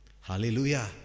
Hallelujah